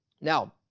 Now